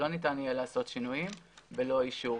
שלא ניתן יהיה לעשות שינויים ללא אישור,